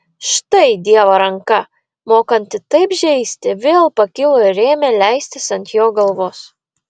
štai dievo ranka mokanti taip žeisti vėl pakilo ir ėmė leistis ant jo galvos